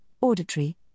auditory